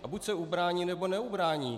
A buď se ubrání, nebo neubrání.